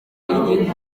iyi